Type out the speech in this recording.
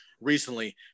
recently